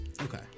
Okay